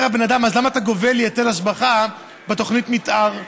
אומר האדם: אז למה אתה גובה ממני היטל השבחה בתוכנית מתאר?